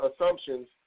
assumptions